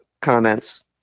comments